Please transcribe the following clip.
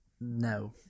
no